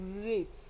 great